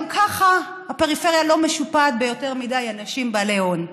גם ככה הפריפריה לא משופעת ביותר מדי אנשים בעלי הון,